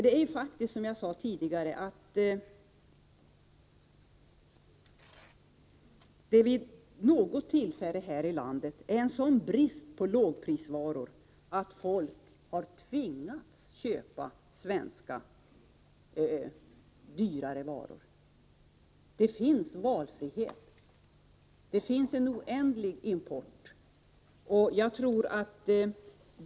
Det är faktiskt så, som jag sade tidigare, att det inte vid något tillfälle här i landet varit en sådan brist på lågprisvaror att folk har tvingats att köpa svenska dyrare varor. Det finns valfrihet, och det finns en oändlig import.